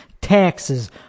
taxes